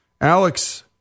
Alex